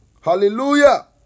Hallelujah